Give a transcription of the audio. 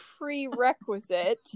prerequisite